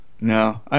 No